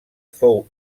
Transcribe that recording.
fou